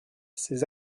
ses